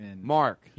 Mark